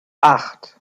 acht